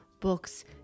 books